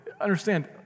understand